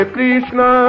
Krishna